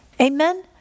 Amen